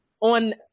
on